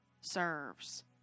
serves